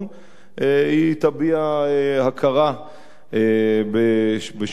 היא תביע הכרה בשואת העם הארמני,